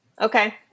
Okay